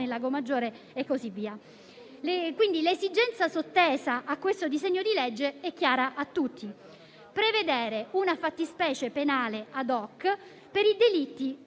Lago Maggiore e così via. Quindi, l'esigenza sottesa al disegno di legge è chiara a tutti: prevedere una fattispecie penale *ad hoc* per i delitti